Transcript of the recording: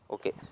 okay